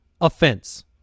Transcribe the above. offense